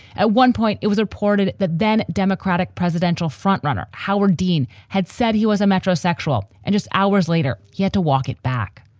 at one point, it was reported that then democratic presidential frontrunner howard dean had said he was a metrosexual. and just hours later, he had to walk it back.